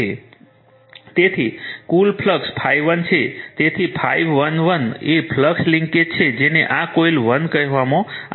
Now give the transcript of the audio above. તેથી કુલ ફ્લક્સ ∅1 છે તેથી ∅11 એ ફ્લક્સ લિન્કેજ છે જેને આ કોઇલ 1 કહેવામાં આવે છે